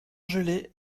gelais